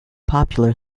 popular